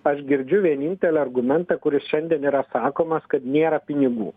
aš girdžiu vienintelį argumentą kuris šiandien yra sakomas kad nėra pinigų